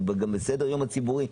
גם בסדר-היום הציבורי.